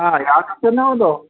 हा यादि अचिनव थो